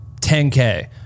10K